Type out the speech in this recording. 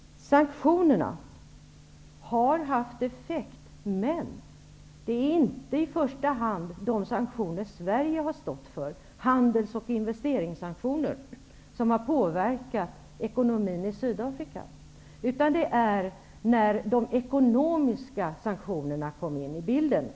Sanktionerna har haft effekt. Men det är inte i första hand de sanktioner som Sverige har stått för -- handels och investeringssanktioner -- som har påverkat ekonomin i Sydafrika. En påverkan skedde när de ekonomiska sanktionerna kom in i bilden.